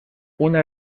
una